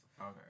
Okay